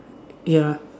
ya